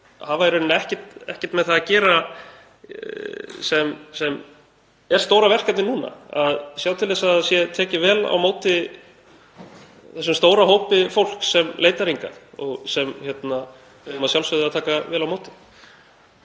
í rauninni ekkert með það að gera sem er stóra verkefnið núna; að sjá til þess að það sé tekið vel á móti þessum stóra hópi fólks sem leitar hingað og sem við eigum að sjálfsögðu að taka vel á móti.